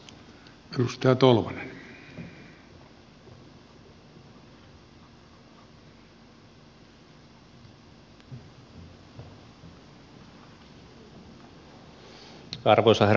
arvoisa herra puhemies